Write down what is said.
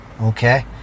Okay